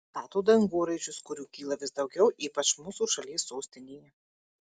stato dangoraižius kurių kyla vis daugiau ypač mūsų šalies sostinėje